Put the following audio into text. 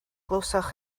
glywsoch